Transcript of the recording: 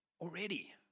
already